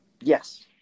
Yes